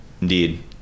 indeed